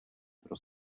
pro